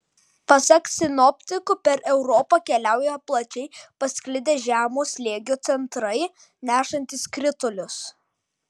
pasak sinoptikų per europą keliauja plačiai pasklidę žemo slėgio centrai nešantys kritulius